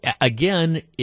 Again